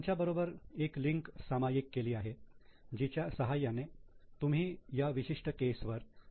तुमच्याबरोबर एक लिंक सामायिक केली आहे जिच्या सहाय्याने तुम्ही या विशिष्ट केसवर काम करू शकाल